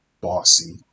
bossy